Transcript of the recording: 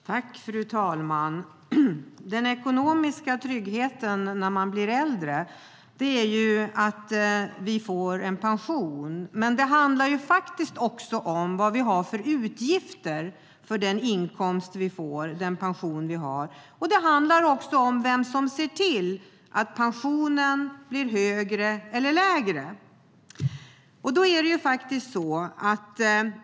Fru talman! När vi blir äldre handlar den ekonomiska tryggheten om att vi får en pension, men det handlar också om vilka utgifter vi har i förhållande till vår inkomst, vår pension. Det handlar även om vem som ser till att pensionen blir högre eller lägre.